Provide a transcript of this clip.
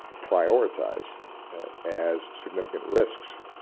prioritize as significant risks.